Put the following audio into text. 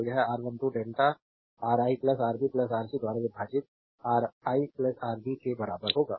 तो यह R13 delta R E R B R C द्वारा विभाजित आरई आरबी के बराबर होगा